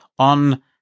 On